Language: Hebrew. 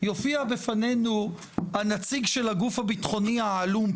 יופיע בפנינו הנציג של הגוף הביטחוני העלום,